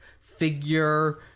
figure